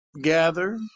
gather